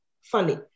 funny